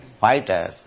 fighters